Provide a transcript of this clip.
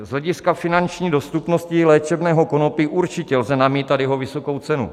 Z hlediska finanční dostupnosti léčebného konopí určitě lze namítat jeho vysokou cenu.